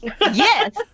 Yes